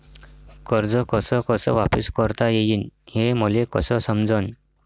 कर्ज कस कस वापिस करता येईन, हे मले कस समजनं?